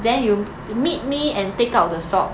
then you you meet me and take out the sock